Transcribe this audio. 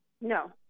No